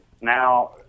now